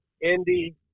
Indy